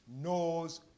knows